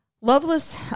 Loveless